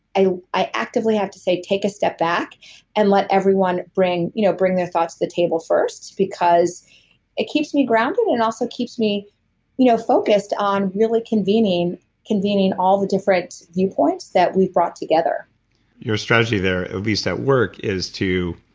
i i actively have to say, take a step back and let everyone bring you know bring their thoughts to the table first because it keeps me grounded and also keeps me you know focused on really convening convening all the different viewpoints that we brought together your strategy there, at least at work, is to